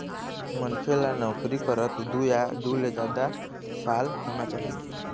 मनखे ल नउकरी करत दू या दू ले जादा साल होना चाही